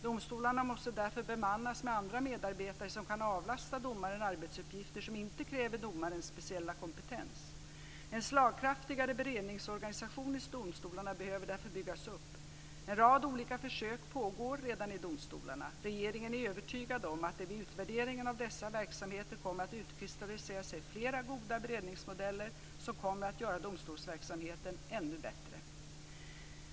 Domstolarna måste därför bemannas med andra medarbetare som kan avlasta domaren arbetsuppgifter som inte kräver domarens speciella kompetens. En slagkraftigare beredningsorganisation i domstolarna behöver därför byggas upp. En rad olika försök pågår redan i domstolarna. Regeringen är övertygad om att det vid utvärderingen av dessa verksamheter kommer att utkristallisera sig fler goda beredningsmodeller som kommer att göra domstolsverksamheten ännu bättre.